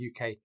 UK